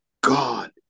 God